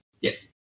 Yes